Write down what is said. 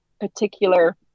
particular